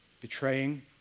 betraying